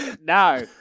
No